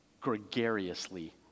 gregariously